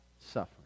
suffering